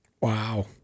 Wow